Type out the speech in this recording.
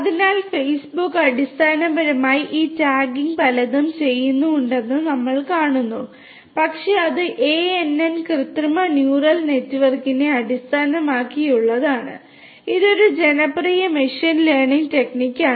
അതിനാൽ ഫെയ്സ്ബുക്ക് അടിസ്ഥാനപരമായി ഈ ടാഗിംഗ് പലതും ചെയ്യുന്നുണ്ടെന്ന് നമ്മൾ കാണുന്നു പക്ഷേ അത് ANN കൃത്രിമ ന്യൂറൽ നെറ്റ്വർക്കിനെ അടിസ്ഥാനമാക്കിയുള്ളതാണ് ഇത് ഒരു ജനപ്രിയ മെഷീൻ ലേണിംഗ് ടെക്നിക്കാണ്